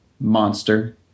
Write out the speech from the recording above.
monster